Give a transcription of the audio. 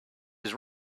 his